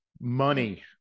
money